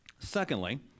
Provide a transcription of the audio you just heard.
Secondly